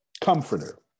comforter